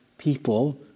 people